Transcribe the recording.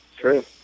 True